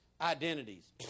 identities